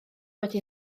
wedi